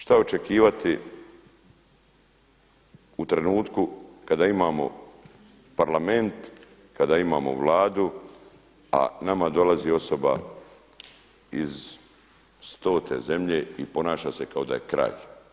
Šta očekivati u trenutku kada imamo Parlament, kada imamo Vladu a nama dolazi osoba iz stote zemlje i ponaša se kao da je kralj?